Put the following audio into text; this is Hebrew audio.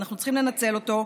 ואנחנו צריכים לנצל אותו.